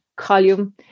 column